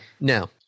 No